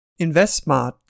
InvestSmart